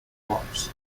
works